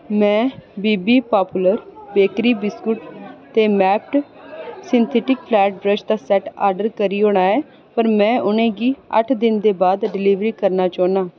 में B B popular bakery बिस्कुटें ते Maped synthetic flat brush set दा आर्डर करी ओड़ेआ ऐ पर में उ'नें गी अट्ठ दिन दे बा'द डलीवर कराना चाह्न्नां